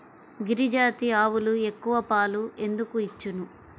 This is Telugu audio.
గిరిజాతి ఆవులు ఎక్కువ పాలు ఎందుకు ఇచ్చును?